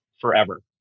forever